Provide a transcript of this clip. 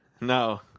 No